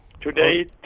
Today